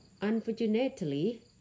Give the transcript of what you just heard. Unfortunately